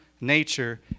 nature